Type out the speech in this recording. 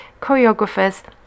choreographers